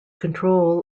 control